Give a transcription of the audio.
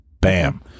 Bam